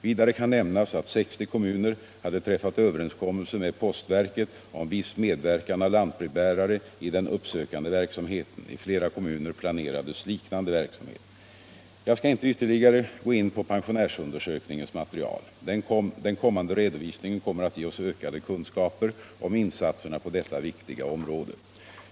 Vidare kan nämnas att 60 kommuner hade träffat överenskommelse med postverket om viss medverkan av lantbrevbärare i den uppsökande verksamheten. I flera kommuner planerades liknande medverkan. Jag skall inte ytterligare gå in på pensionärsundersökningens material. Den kommande redovisningen kommer att ge oss ökade kunskaper om insatserna på detta viktiga område.